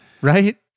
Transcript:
Right